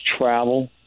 travel